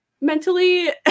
mentally